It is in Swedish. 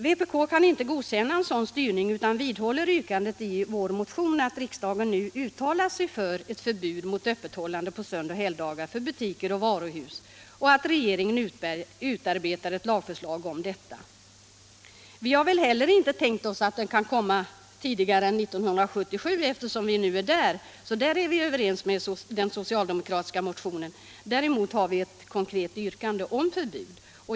Vpk kan inte godkänna en sådan styrning utan vidhåller yrkandet i motionen att riksdagen nu uttalar sig för ett förbud mot öppethållande på sönoch helgdagar för butiker och varuhus och att regeringen utarbetar ett lagförslag härom. Inte heller vi har tänkt oss att det kan komma tidigare än 1977, eftersom vi nu är där, så i det fallet är vi överens med de socialdemokratiska motionärerna. Däremot har vi ett konkret yrkande om förbud.